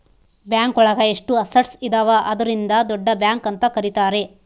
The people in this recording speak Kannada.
ಬ್ಯಾಂಕ್ ಒಳಗ ಎಷ್ಟು ಅಸಟ್ಸ್ ಇದಾವ ಅದ್ರಿಂದ ದೊಡ್ಡ ಬ್ಯಾಂಕ್ ಅಂತ ಕರೀತಾರೆ